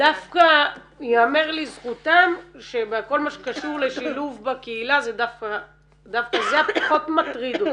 ייאמר לזכותם שבכל מה שקשור לשילוב בקהילה דווקא זה פחות מטריד אותי.